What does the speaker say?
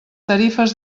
tarifes